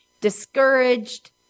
discouraged